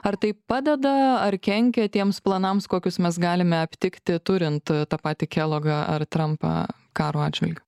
ar tai padeda ar kenkia tiems planams kokius mes galime aptikti turint patį kelogą ar trampą karo atžvilgiu